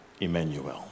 Emmanuel